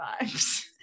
vibes